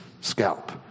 scalp